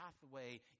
pathway